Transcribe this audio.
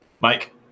Mike